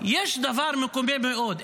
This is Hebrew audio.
--- יש דבר מקומם מאוד.